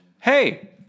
Hey